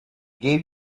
gave